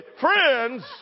friends